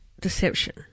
deception